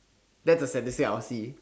that's a statistic I will see